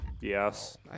Yes